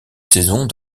saisons